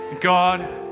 God